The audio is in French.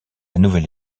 nouvelle